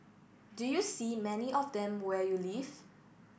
do you see many of them where you live